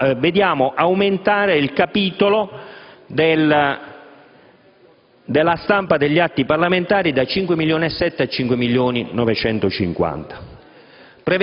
vediamo aumentare il capitolo della stampa degli atti parlamentari da 5.700.000 a 5.950.000